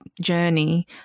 journey